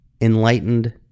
enlightened